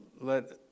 let